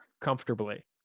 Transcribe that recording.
comfortably